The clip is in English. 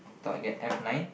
thought I get F nine